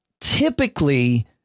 typically